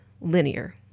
linear